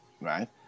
right